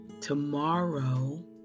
Tomorrow